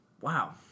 wow